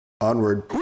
Onward